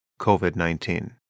COVID-19